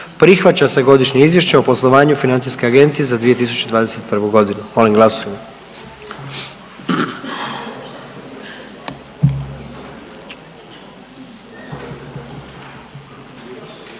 Prihvaća se Godišnje izvješće o poslovanju Financijske agencije za 2021. godinu. Molim glasujmo.